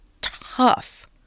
tough